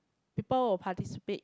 people will participate